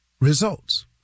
results